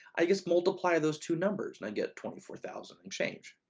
i guess multiply those two numbers and and get twenty four thousand and change.